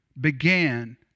began